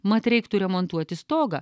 mat reiktų remontuoti stogą